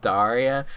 Daria